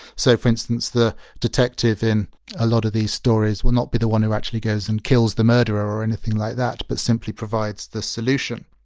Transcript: so for instance, the detective in a lot of these stories will not be the one who actually goes and kills the murderer or anything like that, but simply provides the solution.